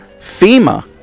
FEMA